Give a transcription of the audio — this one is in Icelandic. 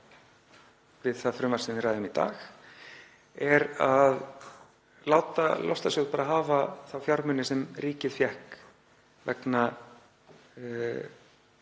við það frumvarp sem við ræðum í dag er að láta loftslagssjóð hafa þá fjármuni sem ríkið fékk vegna